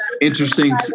interesting